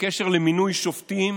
בקשר למינוי שופטים